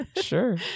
Sure